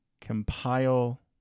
compile